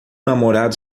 namorado